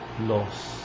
loss